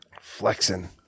Flexing